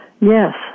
Yes